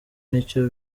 nicyo